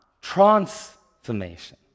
transformation